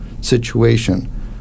situation